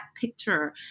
picture